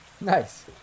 Nice